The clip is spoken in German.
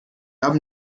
haben